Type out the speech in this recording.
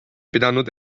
pidanud